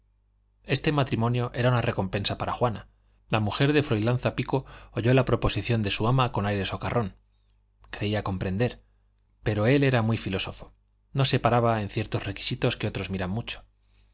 este matrimonio era una recompensa para juana la mujer de froilán zapico oyó la proposición de su ama con aire socarrón creía comprender pero él era muy filósofo no se paraba en ciertos requisitos que otros miran mucho